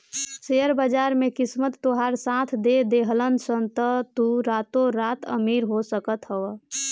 share बाजार में किस्मत तोहार साथ दे देहलस तअ तू रातो रात अमीर हो सकत हवअ